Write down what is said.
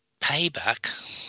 payback